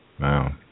Wow